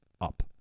up